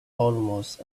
almost